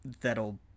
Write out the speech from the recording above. that'll